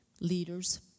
leaders